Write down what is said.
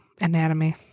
anatomy